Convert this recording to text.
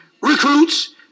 recruits